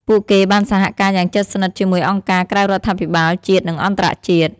ពួកគេបានសហការយ៉ាងជិតស្និទ្ធជាមួយអង្គការក្រៅរដ្ឋាភិបាល ជាតិ និងអន្តរជាតិ។